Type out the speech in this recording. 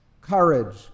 courage